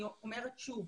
אני אומרת שוב,